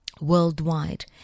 worldwide